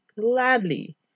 gladly